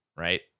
Right